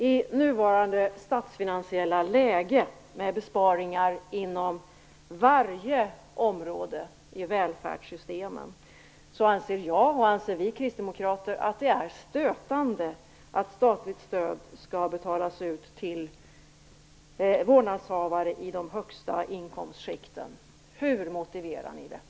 I nuvarande statsfinansiella läge, med besparingar inom varje område i välfärdssystemen, anser vi kristdemokrater att det är stötande att statligt stöd skall betalas ut till vårdnadshavare i de högsta inkomstskikten. Hur motiverar ni detta?